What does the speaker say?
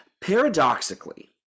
Paradoxically